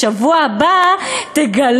בשבוע הבא תגלו,